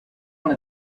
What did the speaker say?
want